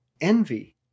envy